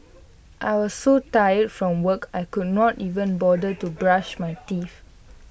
I was so tired from work I could not even bother to brush my teeth